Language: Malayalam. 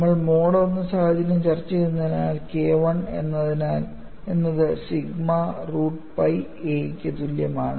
നമ്മൾ മോഡ് 1 സാഹചര്യം ചർച്ച ചെയ്യുന്നതിനാൽ K I എന്നത് സിഗ്മ റൂട്ട് പൈ a ക്ക് തുല്യമാണ്